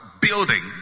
building